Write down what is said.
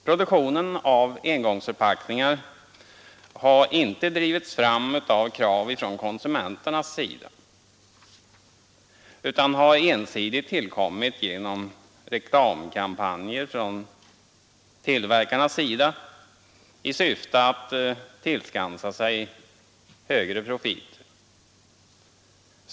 Produktionen av engångsförpackningar har inte drivits fram av krav från konsumenterna utan har ensidigt tillkommit genom reklamkampanjer från tillverkarens sida för att denne skall kunna tillskansa sig högre profit.